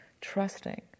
trusting